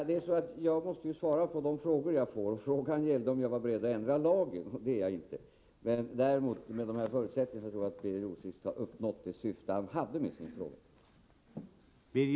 Herr talman! Jag måste svara på de frågor jag får. Frågan gällde om jag var beredd att ändra lagen. Det är jag inte. Men jag tror att Birger Rosqvist — med dessa förutsättningar — har uppnått det syfte han hade med sin fråga.